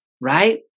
Right